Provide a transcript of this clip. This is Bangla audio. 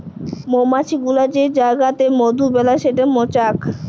মমাছি গুলা যে জাইগাতে মধু বেলায় সেট মচাক